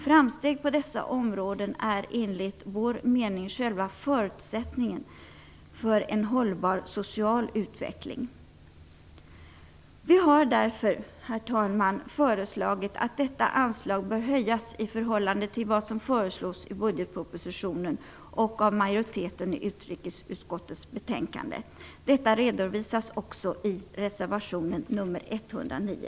Framsteg på dessa områden är enligt vår mening själva förutsättningen för en hållbar social utveckling. Vi har därför, herr talman, föreslagit att detta anslag bör höjas i förhållande till vad som föreslås i budgetpropositionen och av majoriteten i utskottet. Detta redovisas också i reservation nr 109.